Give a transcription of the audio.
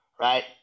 Right